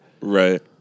Right